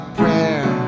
prayer